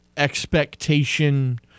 expectation